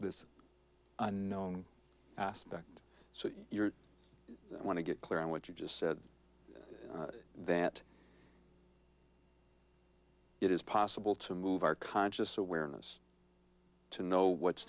this unknown aspect so your i want to get clear on what you just said that it is possible to move our conscious awareness to know what's